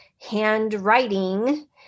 handwriting